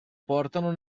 portano